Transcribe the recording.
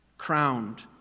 crowned